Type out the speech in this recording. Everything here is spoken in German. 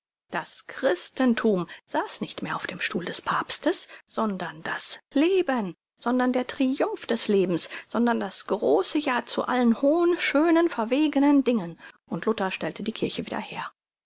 das christenthum saß nicht mehr auf dem stuhl des papstes sondern das leben sondern der triumph des lebens sondern das große ja zu allen hohen schönen verwegenen dingen und luther stellte die kirche wieder her